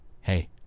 hey